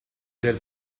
del